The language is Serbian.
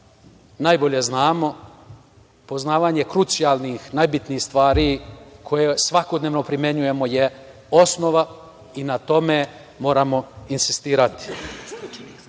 najbolje znamo. Poznavanje krucijalnih najbitnijih stvari koje svakodnevno primenjujemo je osnova i na tome moramo insistirati. Što